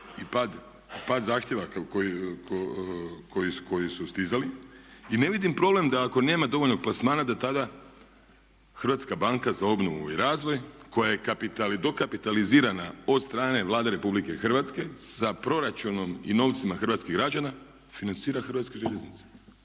i pad zahtjeva koji su stizali. I ne vidim problem da ako nema dovoljnog plasmana da tada HBOR koja je dokapitaliziran od strane Vlade Republike Hrvatske sa proračunom i novcima hrvatskih građana financira Hrvatske željeznice,